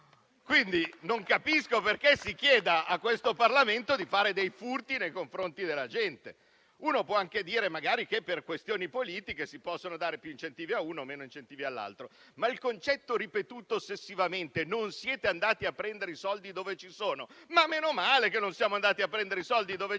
Non capisco perché si chieda a questo Parlamento di fare dei furti nei confronti della gente. Uno può anche dire che per questioni politiche si possono dare più incentivi a uno e meno incentivi all'altro, ma di fronte alla ripetizione ossessiva che non siamo andati a prendere i soldi dove ci sono, dico ma menomale che non siamo andati a prendere i soldi dove ci sono